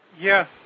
Yes